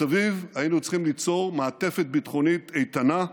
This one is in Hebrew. מסביב היינו צריכים ליצור מעטפת ביטחונית איתנה.